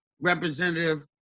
representative